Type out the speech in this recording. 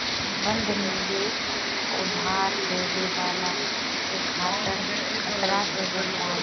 बंध निवेश उधार लेवे वाला के खतरा से बचावेला